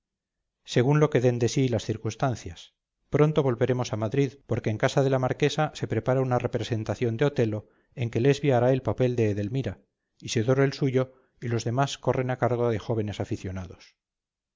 según lo que den de sí las circunstancias pronto volveremos a madrid porque en casa de la marquesa se prepara una representación de otello en que lesbia hará el papel de edelmira isidoro el suyo y los demás corren a cargo de jóvenes aficionados